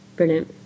Brilliant